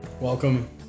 Welcome